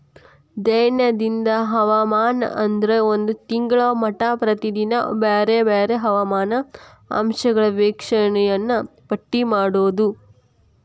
ದೈನಂದಿನ ಹವಾಮಾನ ಅಂದ್ರ ಒಂದ ತಿಂಗಳ ಮಟಾ ಪ್ರತಿದಿನಾ ಬ್ಯಾರೆ ಬ್ಯಾರೆ ಹವಾಮಾನ ಅಂಶಗಳ ವೇಕ್ಷಣೆಯನ್ನಾ ಪಟ್ಟಿ ಮಾಡುದ